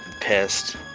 pissed